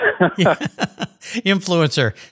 Influencer